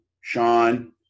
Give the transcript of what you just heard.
Sean